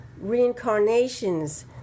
reincarnations